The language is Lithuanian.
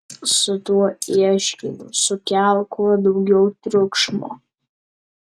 su tuo ieškiniu sukelk kuo daugiau triukšmo